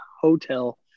hotel